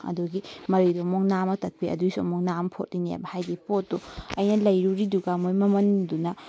ꯑꯗꯨꯒꯤ ꯃꯔꯤꯗꯨ ꯑꯃꯨꯛ ꯅꯥꯝꯃ ꯇꯠꯄꯩ ꯑꯗꯨꯏꯁꯨ ꯑꯃꯨꯛ ꯅꯥꯝꯃ ꯐꯣꯠꯂꯤꯅꯦꯕ ꯍꯥꯏꯗꯤ ꯄꯣꯠꯇꯣ ꯑꯩꯅ ꯂꯩꯔꯨꯔꯤꯗꯨꯒ ꯃꯣꯏ ꯃꯃꯟꯗꯨꯅ